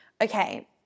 Okay